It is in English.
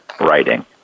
writing